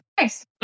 Nice